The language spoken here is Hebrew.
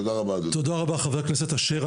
תודה רבה, חבר הכנסת אשר.